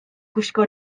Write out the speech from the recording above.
gwisgo